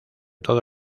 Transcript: todo